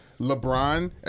LeBron